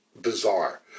bizarre